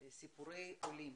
סיפורי עולים.